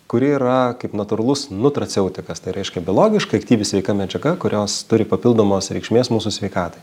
kuri yra kaip natūralus nutraceutikas tai reiškia biologiškai aktyvi sveika medžiaga kurios turi papildomos reikšmės mūsų sveikatai